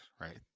right